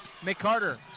McCarter